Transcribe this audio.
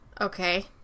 Okay